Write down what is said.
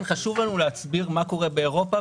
לנו להסביר מה קורה באירופה,